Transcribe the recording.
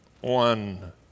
one